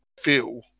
feel